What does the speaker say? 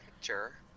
sure